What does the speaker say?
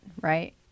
right